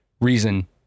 reason